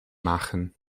machen